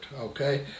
Okay